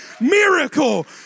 Miracle